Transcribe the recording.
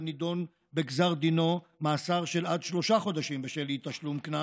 נידון בגזר דינו מאסר של עד שלושה חודשים בשל אי-תשלום קנס,